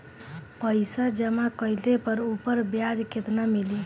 पइसा जमा कइले पर ऊपर ब्याज केतना मिली?